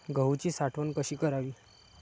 गहूची साठवण कशी करावी?